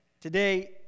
Today